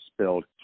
spelled